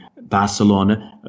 Barcelona